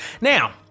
Now